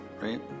right